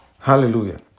Hallelujah